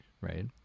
right